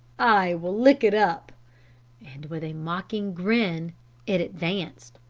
i will lick it up and with a mocking grin it advanced.